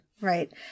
right